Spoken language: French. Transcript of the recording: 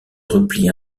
replie